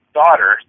daughter